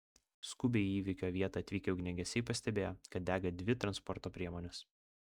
skubiai į įvykio vietą atvykę ugniagesiai pastebėjo kad dega dvi transporto priemonės